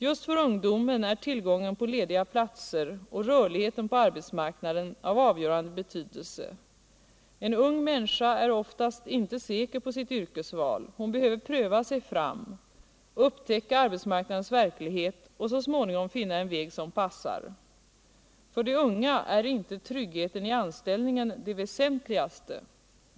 Just för ungdomen är tillgången på lediga platser och rörligheten på arbetsmarknaden av avgörande betydelse. En ung människa är oftast inte säker på sitt yrkesval, hon behöver pröva sig fram, upptäcka arbetsmarknadens verklighet och så småningom finna en väg som passar. För de unga är inte tryggheten i anställningen det väsentligaste.